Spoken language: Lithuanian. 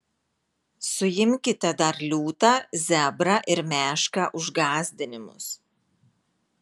suimkite dar liūtą zebrą ir mešką už gąsdinimus